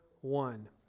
one